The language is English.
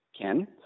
ken